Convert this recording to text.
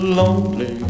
lonely